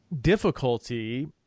difficulty